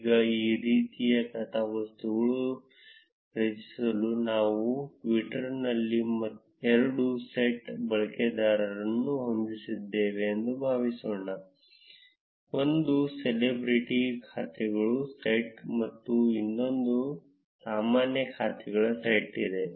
ಈಗ ಈ ರೀತಿಯ ಕಥಾವಸ್ತುವನ್ನು ರಚಿಸಲು ನಾವು ಟ್ವಿಟರ್ನಲ್ಲಿ ಎರಡು ಸೆಟ್ ಬಳಕೆದಾರರನ್ನು ಹೊಂದಿದ್ದೇವೆ ಎಂದು ಭಾವಿಸೋಣ ಒಂದು ಸೆಲೆಬ್ರಿಟಿ ಖಾತೆಗಳ ಸೆಟ್ ಮತ್ತು ಇನ್ನೊಂದು ಸಾಮಾನ್ಯ ಖಾತೆಗಳ ಸೆಟ್ ಇದೆ